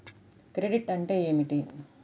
Credit అంటే ఏమిటి?